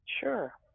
Sure